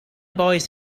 boys